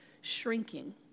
shrinking